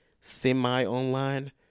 semi-online